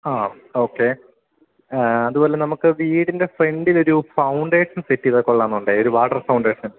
ആ ഓക്കേ അതുമല്ല നമുക്ക് വീടിൻ്റെ ഫ്രണ്ടിലൊരു ഫൗണ്ടേഷൻ സെറ്റ് ചെയ്താല് കൊള്ളാമെന്നുണ്ട് ഒരു വാട്ടർ ഫൗണ്ടേഷൻ